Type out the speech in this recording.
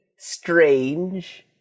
strange